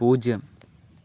പൂജ്യം